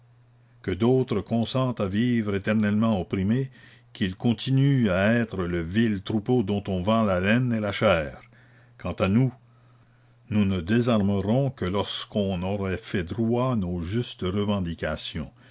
que d'autres consentent à vivre éternellement opprimés qu'ils continuent à être le vil troupeau dont on vend la laine et la chair quant à nous nous ne désarmerons que lorsqu'on aura fait droit à nos justes revendications